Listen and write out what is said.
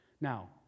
Now